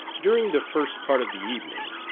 during the first part of the evening,